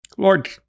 Lord